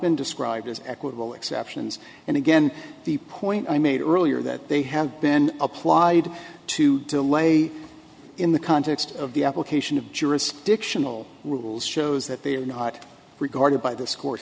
been described as equitable exceptions and again the point i made earlier that they have been applied to delay in the context of the application of jurisdictional rules shows that they are not regarded by th